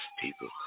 people